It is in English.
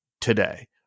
today